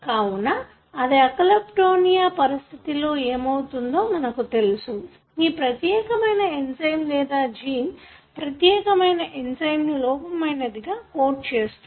కావున ఇది అల్కప్టోనుయా పరిస్థితిలో ఏమవుతుందో మనకు తెలుసు ఈ ప్రత్యేకమైన ఎంజయ్మ్ లేదా జీన్ ప్రత్యేకమైన ఎంజయ్మ్ ను లోపమైనదిగా కోడ్ చేస్తుంది